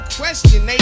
question